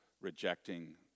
rejecting